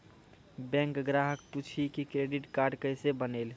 Bank ग्राहक पुछी की क्रेडिट कार्ड केसे बनेल?